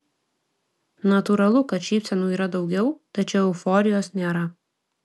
natūralu kad šypsenų yra daugiau tačiau euforijos nėra